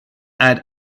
add